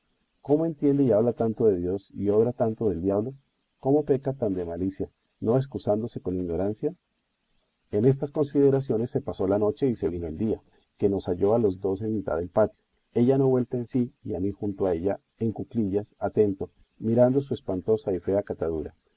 cómo entiende y habla tanto de dios y obra tanto del diablo cómo peca tan de malicia no escusándose con ignorancia en estas consideraciones se pasó la noche y se vino el día que nos halló a los dos en mitad del patio ella no vuelta en sí y a mí junto a ella en cuclillas atento mirando su espantosa y fea catadura